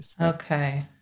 Okay